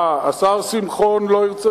מה, השר שמחון לא ירצה